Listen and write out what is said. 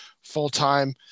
full-time